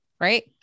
right